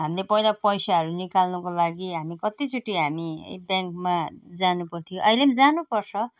हामीले पहिला पैसाहरू निकाल्नुको लागि हामी कति चोटि हामी ब्याङ्कमा जानु पर्थ्यो अहिले जानु पर्छ